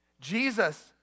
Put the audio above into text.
Jesus